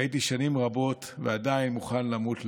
שהייתי שנים רבות, ועדיין, מוכן למות למענה.